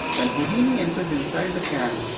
when houdini enters inside the can,